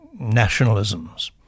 nationalisms